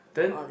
then